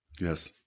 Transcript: Yes